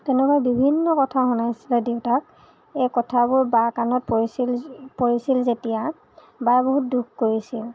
তেনেকুৱা বিভিন্ন কথা শুনাইছিলে দেউতাক এই কথাবোৰ বাৰ কাণত পৰিছিল পৰিছিল যেতিয়া বায়ে বহুত দুখ কৰিছিল